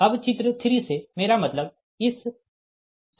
अब चित्र 3 से मेरा मतलब इस समीकरण से है